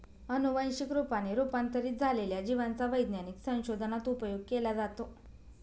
अनुवंशिक रूपाने रूपांतरित झालेल्या जिवांचा वैज्ञानिक संशोधनात उपयोग केला जातो